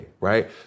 Right